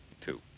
two